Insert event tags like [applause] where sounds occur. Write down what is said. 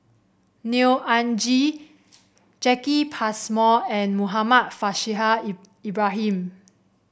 Neo Anngee Jacki Passmore and Muhammad Faishal [unintelligible] Ibrahim